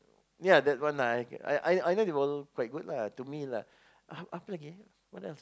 ya that one ah I I I felt it wasn't quite good lah to me lah ap~ apa lagi eh what else ah